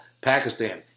Pakistan